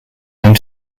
home